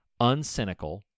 uncynical